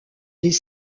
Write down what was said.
des